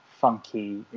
funky